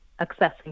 accessing